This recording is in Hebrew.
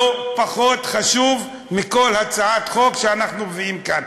לא פחות חשוב מכל הצעת חוק שאנחנו מביאים כאן,